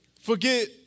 Forget